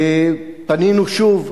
פנינו שוב,